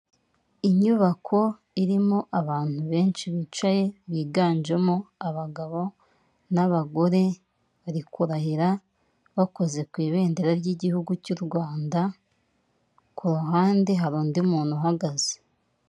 Inyubako irimo abantu benshi bicaye biganjemo abagabo n'abagore bari kurahira bakoze ku ibendera ry'igihugu cy'u Rwanda ku ruhande hari undi muntu uhagaze.